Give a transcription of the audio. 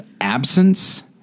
absence